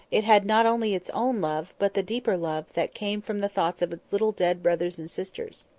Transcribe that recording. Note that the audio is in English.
it had not only its own love, but the deeper love that came from the thoughts of its little dead brothers and sisters.